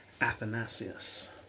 athanasius